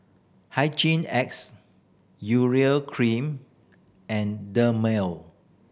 Hygin X Urea Cream and Dermale